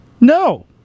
No